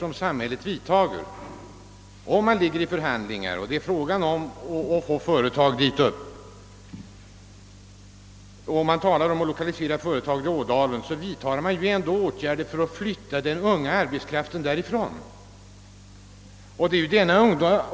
Om förhandlingar pågår och det är fråga om att få företag till Ådalen skall man inte vidtaga åtgärder för att flytta den unga arbetskraften därifrån.